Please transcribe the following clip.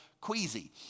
queasy